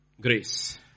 Grace